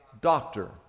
doctor